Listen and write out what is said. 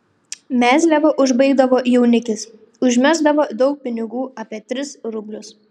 mezliavą užbaigdavo jaunikis užmesdavo daug pinigų apie tris rublius